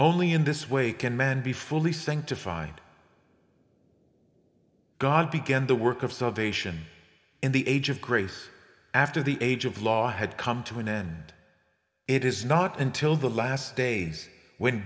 only in this way can men be fully sanctified god began the work of salvation in the age of grace after the age of law had come to an end it is not until the last days when